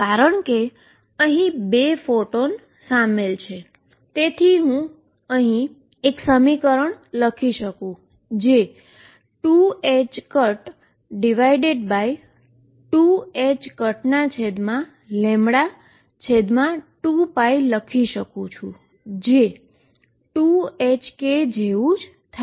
કારણ કે અહી 2 ફોટોનસામેલ છે તેથી હું અહીં 2ℏ2π લખી શકું છું જે 2ℏklight જેવું જ છે